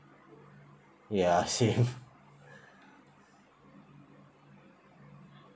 ya same